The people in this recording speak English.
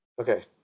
Okay